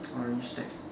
orange deck